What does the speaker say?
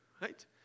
right